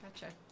gotcha